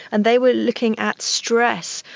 and they were looking at stress,